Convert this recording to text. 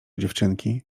dziewczynki